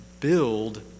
build